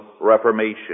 reformation